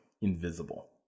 invisible